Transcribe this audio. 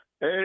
Hey